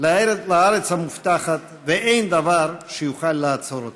לארץ המובטחת, ואין דבר שיוכל לעצור אותם.